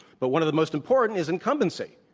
but one of the most important is incumbency.